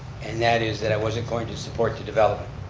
and that is that i wasn't going to support to development.